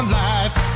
life